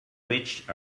reached